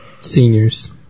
seniors